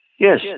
Yes